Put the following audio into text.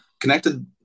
connected